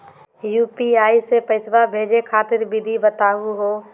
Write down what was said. UPI स पैसा भेजै खातिर विधि बताहु हो?